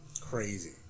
Crazy